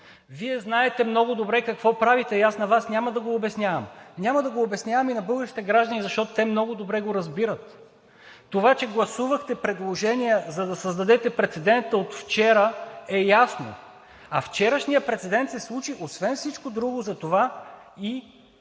Вие знаете много добре какво правите и аз на Вас няма да го обяснявам! Няма да го обяснявам и на българските граждани, защото те много добре го разбират. Това, че гласувахте предложения, за да създадете прецедента от вчера, е ясно! А вчерашният прецедент се случи освен всичко друго, затова и